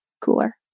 cooler